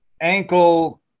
ankle